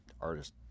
artist